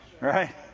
right